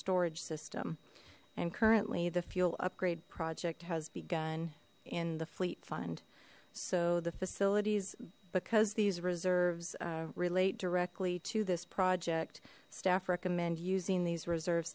storage system and currently the fuel upgrade project has begun in the fleet fund so the facilities because these reserves relate directly to this project staff recommend using these reserves